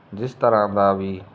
ਜਿਸ ਤਰ੍ਹਾਂ ਦਾ ਵੀ